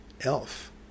elf